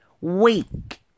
week